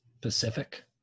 pacific